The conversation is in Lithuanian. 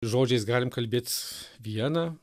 žodžiais galim kalbėt vieną